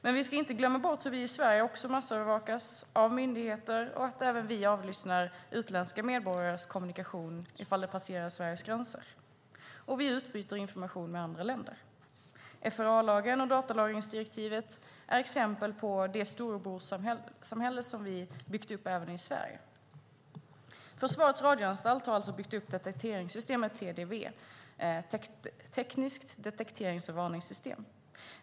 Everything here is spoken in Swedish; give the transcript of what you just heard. Men vi ska inte glömma bort hur vi i Sverige också massövervakas av myndigheter och att även vi avlyssnar utländska medborgares kommunikation om de passerar Sveriges gränser. Och vi utbyter information med andra länder. FRA-lagen och datalagringsdirektivet är exempel på det storebrorssamhälle som vi byggt upp även i Sverige. Försvarets radioanstalt har alltså byggt upp detekteringssystemet TDV, Tekniskt detekterings och varningssystem.